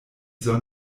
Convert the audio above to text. soll